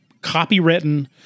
copywritten